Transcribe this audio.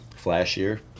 flashier